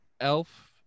Elf